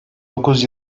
dokuz